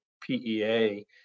PEA